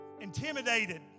intimidated